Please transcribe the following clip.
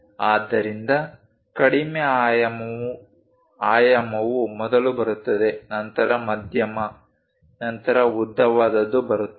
ಆದ್ದರಿಂದ ಕಡಿಮೆ ಆಯಾಮವು ಮೊದಲು ಬರುತ್ತದೆ ನಂತರ ಮಧ್ಯಮ ಮತ್ತು ಉದ್ದವಾದದ್ದು ಬರುತ್ತದೆ